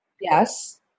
yes